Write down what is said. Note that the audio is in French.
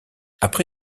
après